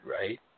right